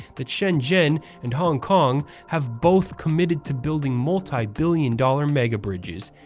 that shenzhen and hong kong have both committed to building multi-billion dollar megabridges,